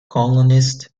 columnist